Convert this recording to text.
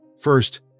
First